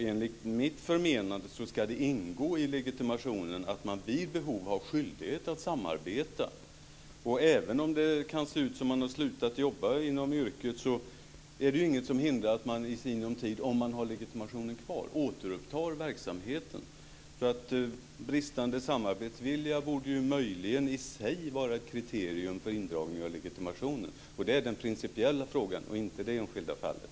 Enligt mitt förmenande ska det ingå i legitimationen att man vid behov har skyldighet att samarbeta. Och även om det kan se ut som att man har slutat jobba inom yrket är det ju inget som hindrar att man i sinom tid, om man har legitimationen kvar, återupptar verksamheten. Bristande samarbetsvilja borde möjligen i sig vara ett kriterium för indragning av legitimationen. Det är den principiella frågan, inte det enskilda fallet.